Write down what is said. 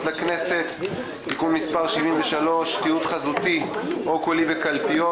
לכנסת (תיקון מס' 73) (תיעוד חזותי או קולי בקלפיות),